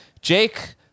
Jake